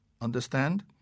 Understand